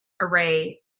Array